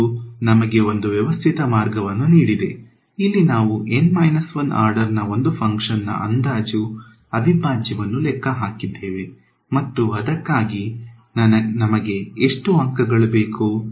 ಇದು ನಮಗೆ ಒಂದು ವ್ಯವಸ್ಥಿತ ಮಾರ್ಗವನ್ನು ನೀಡಿದೆ ಇಲ್ಲಿ ನಾವು N 1 ಆರ್ಡರ್ ನಾ ಒಂದು ಫಂಕ್ಷನ್ ನ ಅಂದಾಜು ಅವಿಭಾಜ್ಯವನ್ನು ಲೆಕ್ಕ ಹಾಕಿದ್ದೇವೆ ಮತ್ತು ಅದಕ್ಕಾಗಿ ನಮಗೆ ಎಷ್ಟು ಅಂಕಗಳು ಬೇಕು